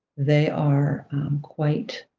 they are quite